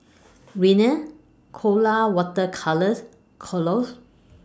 Rene Colora Water Colours Kordel's